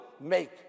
make